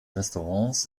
restaurants